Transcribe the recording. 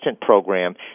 program